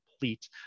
complete